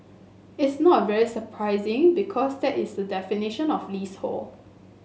it's not very surprising because that is the definition of leasehold